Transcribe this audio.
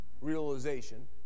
realization